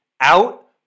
out